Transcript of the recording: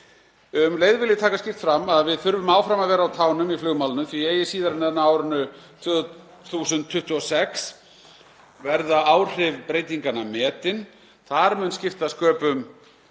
Um leið vil ég taka skýrt fram að við þurfum áfram að vera á tánum í flugmálunum, því eigi síðar en á árinu 2026 verða áhrif breytinganna metin. Þar mun skipta sköpum